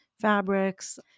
fabrics